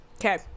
okay